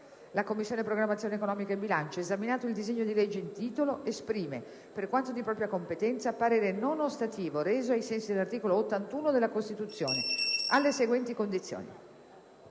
«La Commissione programmazione economica, bilancio, esaminato il disegno di legge in titolo esprime, per quanto di propria competenza, parere non ostativo reso, ai sensi dell'articolo 81 della Costituzione, alle seguenti condizioni: